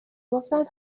گفتن